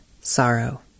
sorrow